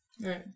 Right